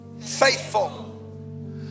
faithful